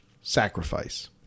sacrifice